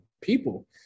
people